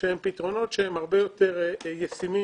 שהם פתרונות שהם הרבה יותר ישימים